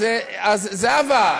אז זהבה,